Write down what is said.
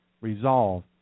resolve